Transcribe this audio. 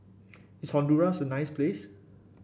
is Honduras a nice place